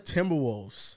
Timberwolves